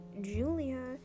Julia